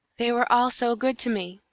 they were all so good to me!